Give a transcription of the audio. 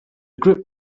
group